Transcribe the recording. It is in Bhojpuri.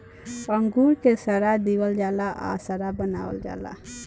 अंगूर के सड़ा दिहल जाला आ शराब बनावल जाला